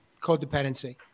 codependency